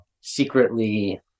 secretly